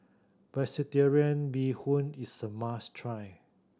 Vegetarian Bee Hoon is a must try